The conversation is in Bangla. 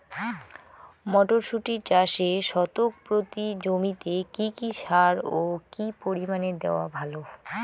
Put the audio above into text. মটরশুটি চাষে শতক প্রতি জমিতে কী কী সার ও কী পরিমাণে দেওয়া ভালো?